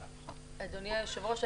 אדוני היושב ראש,